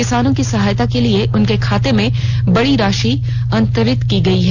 किसानों की सहायता के लिए उनके खाते में बड़ी राशि अंतरित की गई है